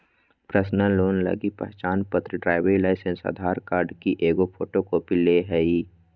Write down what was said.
personal loan लगी पहचानपत्र, driving licence, Aadhaar card की एगो फोटोकॉपी ले हइ